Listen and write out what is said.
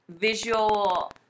visual